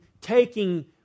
taking